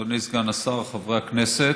אדוני סגן השר, חברי הכנסת,